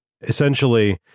essentially